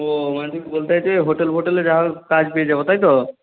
ও মানে তুই বলতে চাইছিস হোটেল ফোটেলে যা হোক কাজ পেয়ে যাব তাই তো